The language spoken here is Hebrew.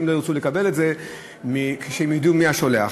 לא ירצו לקבל את זה כשהם ידעו מי השולח,